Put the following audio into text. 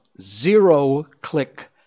zero-click